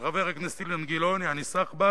של חבר הכנסת אילן גילאון, יעני סחבק,